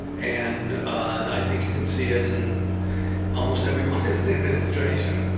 and i think you can see it in almost everyone in the administration.